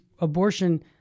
abortion